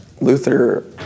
Luther